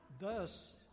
thus